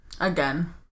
Again